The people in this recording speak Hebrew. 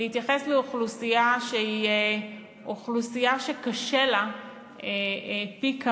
להתייחס לאוכלוסייה שהיא אוכלוסייה שקשה לה פי-כמה,